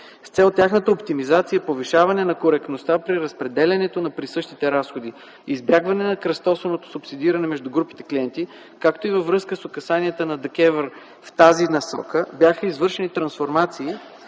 с цел тяхната оптимизация, повишаване на коректността при разпределянето на присъщите разходи, избягване на кръстосаното субсидиране между групите клиенти, както и във връзка с указанията на ДКЕВР. В тази насока бяха извършени трансформации